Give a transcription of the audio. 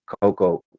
Coco